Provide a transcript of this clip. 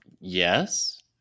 Yes